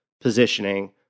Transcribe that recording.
positioning